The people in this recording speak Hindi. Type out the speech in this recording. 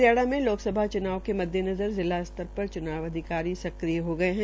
हरियाणा में लोकसभा च्नाव के मद्देनज़र जिला स्तर पर च्नाव अधिकारी सक्रिय हो गये है